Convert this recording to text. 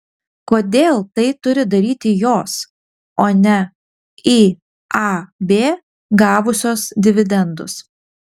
kodėl tai turi daryti jos o ne iab gavusios dividendus